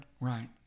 Right